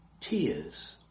tears